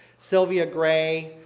sylvia gray,